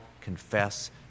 confess